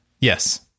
Yes